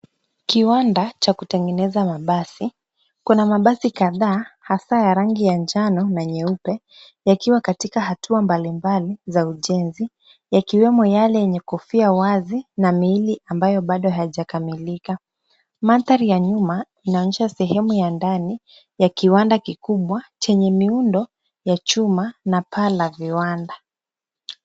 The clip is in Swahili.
Kiwanda cha kutengeneza mabasi, kuna mabasi kadhaa hasa ya rangi ya njano na nyeupe yakiwa katika hatua mbalimbali za ujenzi yakiwemo yale yenye kofia wazi na miili ambayo bado haijakamilika. Maandhari ya nyuma inaonyesha sehemu ya ndani ya kiwanda kikubwa chenye miundo ya chuma na paa la viwanda.